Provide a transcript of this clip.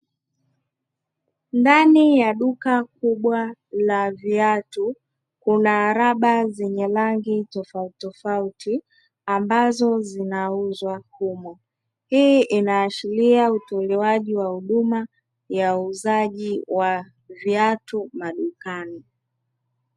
Ndani ya duka kubwa la viatu kuna raba zenye rangi tofauti tofauti ambazo zinauzwa humo, hii inaashiria utolewaji wa huduma ya uuzaji wa viatu madukani.